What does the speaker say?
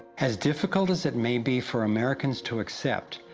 as difficult as it may be for americans to accept,